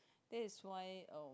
that is why uh